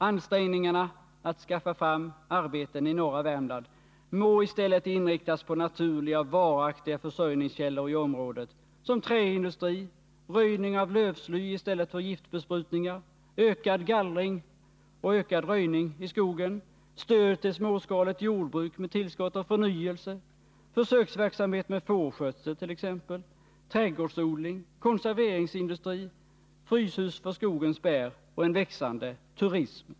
Ansträngningarna att skaffa fram arbeten i norra Värmland må i stället inriktas på naturliga och varaktiga försörjningskällor i området som träindustri, röjning av lövsly i stället för giftbesprutningar, ökad röjning och gallring i skogen, stöd till småskaligt jordbruk med tillskott av förnyelse, försöksverksamhet med fårskötsel, trädgårdsodling, konserveringsindustri och fryshus för skogens bär, och en växande turism.